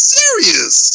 serious